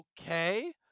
okay